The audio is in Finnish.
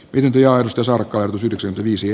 vihjailusta sarkan esityksen viisi